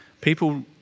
People